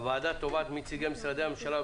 הוועדה תובעת מנציגי משרדי הממשלה,